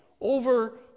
over